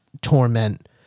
torment